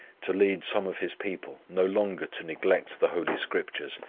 to lead some of his people no longer to neglect the holy scriptures,